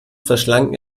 verschlang